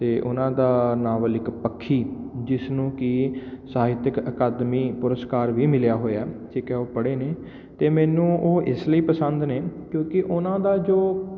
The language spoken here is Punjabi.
ਅਤੇ ਉਹਨਾਂ ਦਾ ਨਾਵਲ ਇੱਕ ਪੱਖੀ ਜਿਸ ਨੂੰ ਕਿ ਸਾਹਿਤਿਕ ਅਕਾਦਮੀ ਪੁਰਸਕਾਰ ਵੀ ਮਿਲਿਆ ਹੋਇਆ ਠੀਕ ਹੈ ਉਹ ਪੜ੍ਹੇ ਨੇ ਅਤੇ ਮੈਨੂੰ ਉਹ ਇਸ ਲਈ ਪਸੰਦ ਨੇ ਕਿਉਂਕਿ ਉਹਨਾਂ ਦਾ ਜੋ